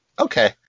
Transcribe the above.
Okay